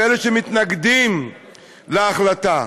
ואלה שמתנגדים להחלטה: